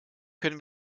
können